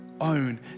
own